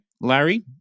Larry